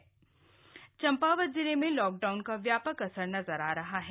lockdown Champawat Champawat जिले में lockdown का व्यापक असर नजर आ रहा है